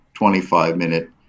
25-minute